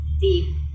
deep